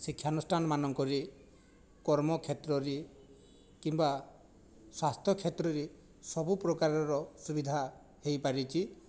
ଶିକ୍ଷାନୁଷ୍ଠାନମାନଙ୍କରେ କର୍ମକ୍ଷେତ୍ରରେ କିମ୍ବା ସ୍ୱାସ୍ଥ୍ୟ କ୍ଷେତ୍ରରେ ସବୁ ପ୍ରକାରର ସୁବିଧା ହୋଇ ପାରିଛି